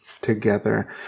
together